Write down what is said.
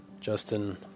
Justin